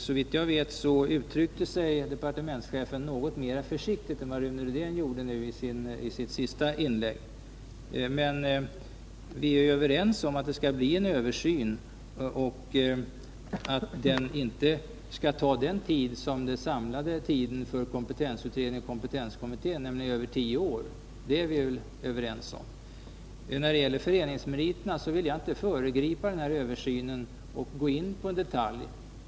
Såvitt jag vet uttryckte sig departementschefen något mera försiktigt än vad Rune Rydén gjorde i sitt senaste inlägg. Vi är emellertid överens om att det skall bli en översyn och att den inte skall ta så lång tid som den samlade tiden för kompetensutredningen och kompetenskommittén, nämligen över tio år. När det gäller föreningsmeriterna vill jag inte föregripa denna översyn genom att gå in på detaljer.